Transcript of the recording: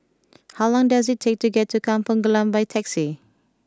how long does it take to get to Kampung Glam by taxi